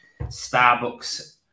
Starbucks